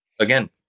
again